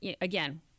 again